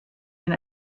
and